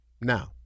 Now